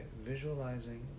visualizing